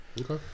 Okay